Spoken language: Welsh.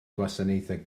gwasanaethau